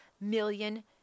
million